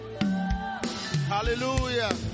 Hallelujah